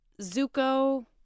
Zuko